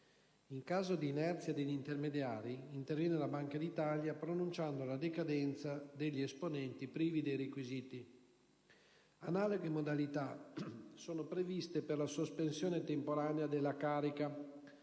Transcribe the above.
In caso di inerzia degli intermediari, interviene la Banca d'Italia pronunciando la decadenza degli esponenti privi dei requisiti. Analoghe modalità sono previste per la sospensione temporanea della carica,